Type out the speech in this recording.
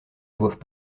boivent